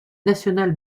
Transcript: nationale